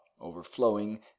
overflowing